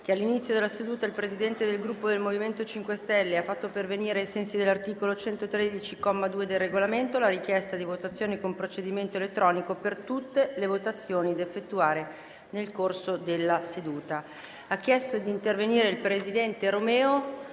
che all'inizio della seduta il Presidente del Gruppo MoVimento 5 Stelle ha fatto pervenire, ai sensi dell'articolo 113, comma 2, del Regolamento, la richiesta di votazione con procedimento elettronico per tutte le votazioni da effettuare nel corso della seduta. La richiesta è accolta ai sensi